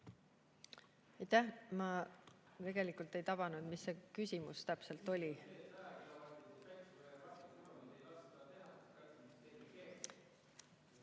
Ma tegelikult ei tabanud, mis see küsimus täpselt oli.